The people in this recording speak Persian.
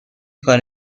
کاری